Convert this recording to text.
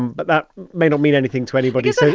but that may not mean anything to anybody. so.